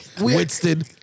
Winston